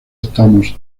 estamos